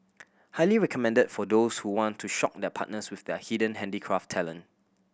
highly recommended for those who want to shock their partners with their hidden handicraft talent